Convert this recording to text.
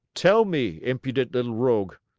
tell me, impudent little rogue,